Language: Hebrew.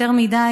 יותר מדי,